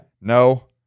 No